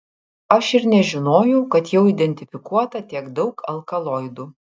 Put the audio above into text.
aš ir nežinojau kad jau identifikuota tiek daug alkaloidų